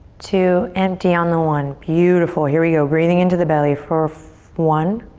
two, empty on the one. beautiful, here we go, breathing into the belly for one,